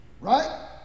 right